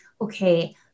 okay